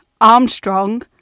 Armstrong